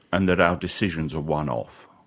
and that our decisions are one-off?